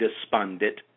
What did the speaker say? despondent